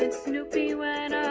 and snoopy went